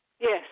Yes